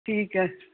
ਠੀਕ ਹੈ